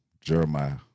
Jeremiah